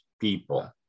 people